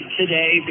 today